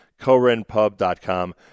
korenpub.com